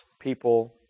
people